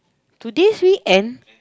today's weekend